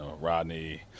Rodney